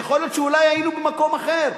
יכול להיות שאולי היינו במקום אחר.